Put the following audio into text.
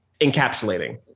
encapsulating